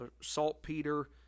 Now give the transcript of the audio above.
saltpeter